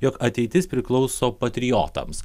jog ateitis priklauso patriotams